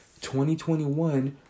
2021